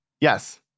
Yes